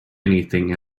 anything